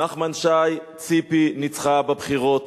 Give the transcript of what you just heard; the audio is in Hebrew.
נחמן שי, ציפי ניצחה בבחירות,